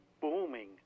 booming